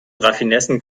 raffinessen